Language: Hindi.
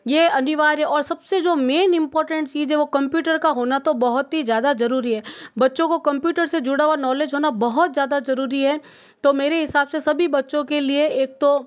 यह अनिवार्य और सबसे जो मेन इंपोर्टेंट चीज़ है वह कम्प्यूटर का होना तो बहुत ही ज़्यादा ज़रूरी है बच्चों को कम्प्यूटर से जुड़ा हुआ नॉलेज होना बहुत ज़्यादा ज़रूरी है तो मेरे हिसाब से सभी बच्चों के लिए एक तो